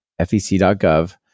fec.gov